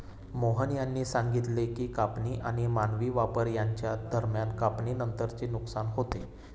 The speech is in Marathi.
मोहन यांनी सांगितले की कापणी आणि मानवी वापर यांच्या दरम्यान कापणीनंतरचे नुकसान होते